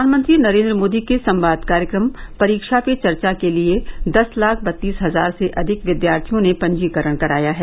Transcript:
प्रधानमंत्री नरेन्द्र मोदी के संवाद कार्यक्रम परीक्षा पे चर्चा के लिए दस लाख बत्तीस हजार से अधिक विद्यार्थियों ने पंजीकरण कराया है